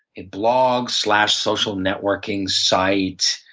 a blog, slash social networking site,